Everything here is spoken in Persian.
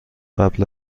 قبل